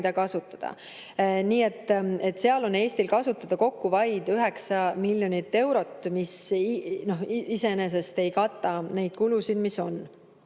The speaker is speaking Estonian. mida kasutada. Nii et seal on Eestil kasutada kokku vaid 9 miljonit eurot, mis iseenesest ei kata neid kulusid, mis on